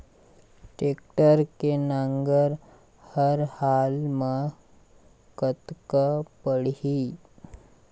Tractor के नांगर हर हाल मा कतका पड़िही?